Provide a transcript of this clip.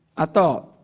i thought.